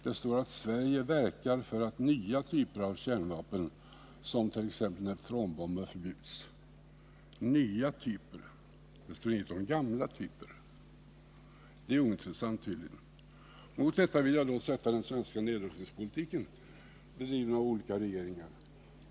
Det står att Sverige ”verkar för att nya typer av kärnvapen, som t.ex. neutronbomben, förbjuds”. ”Nya typer” — det står ingenting om gamla typer. Det är tydligen ointressant. Mot detta vill jag då sätta den svenska nedrustningspolitiken, bedriven av olika regeringar.